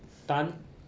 Tan